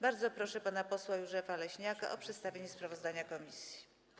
Bardzo proszę pana posła Józefa Leśniaka o przedstawienie sprawozdania komisji.